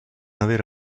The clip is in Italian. avere